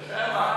זה לשבח.